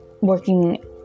working